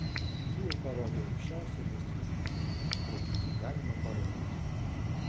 tu jau parodei aukščiausią meistriškumą kokį tik galima parodyti